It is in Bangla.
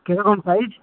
কী রকম সাইজ